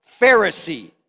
Pharisee